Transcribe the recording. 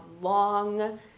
long